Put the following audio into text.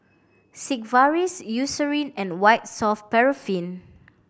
Sigvaris Eucerin and White Soft Paraffin